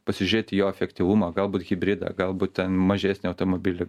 pasižėt į jo efektyvumą galbūt hibridą galbūt ten mažesnį automobilį